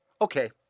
Okay